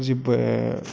যি